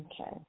Okay